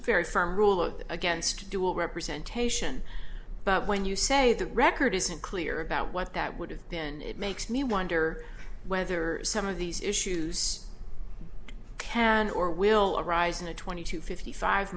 very firm rule against dual representation but when you say the record isn't clear about what that would have been it makes me wonder whether some of these issues can or will arise in a twenty to fifty five